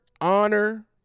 honor